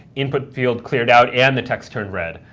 input field cleared out and the text turned red.